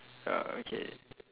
ah okay